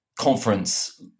conference